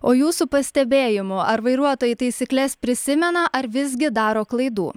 o jūsų pastebėjimu ar vairuotojai taisykles prisimena ar visgi daro klaidų